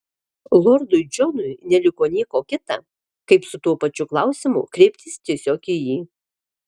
lordui džonui neliko nieko kita kaip su tuo pačiu klausimu kreiptis tiesiog į jį